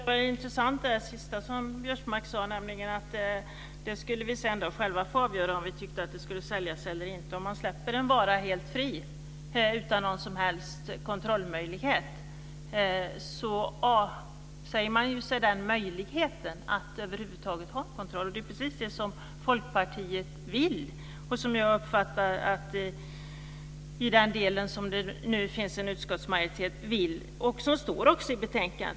Fru talman! Det där sista som Biörsmark sade tyckte jag var intressant, alltså att vi själva skulle få avgöra om vi tyckte att det skulle säljas eller inte. Om man släpper en vara helt fri, utan någon som helst kontrollmöjlighet, avsäger man sig ju möjligheten att över huvud taget ha en kontroll. Det är precis det som Folkpartiet vill. Det är det som jag uppfattar att en utskottsmajoritet vill i den del där det finns en sådan. Det står också i betänkandet.